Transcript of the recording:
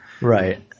Right